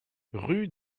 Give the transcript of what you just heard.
rue